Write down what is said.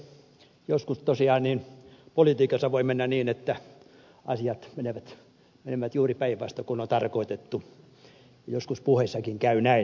joskus tosiaan politiikassa voi mennä niin että asiat menevät juuri päinvastoin kuin on tarkoitettu joskus puheissakin käy näin